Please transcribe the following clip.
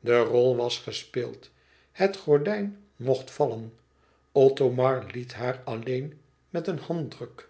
de rol was gespeeld het gordijn mocht vallen othomar liet haar alleen met een handdruk